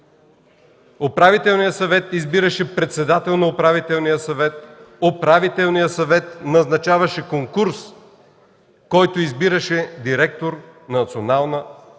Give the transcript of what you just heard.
Управителният съвет избираше председател на Управителния съвет, назначаваше конкурс, който избираше директор на Националната